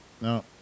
no